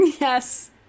Yes